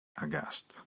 aghast